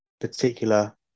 particular